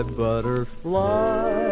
butterfly